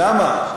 למה?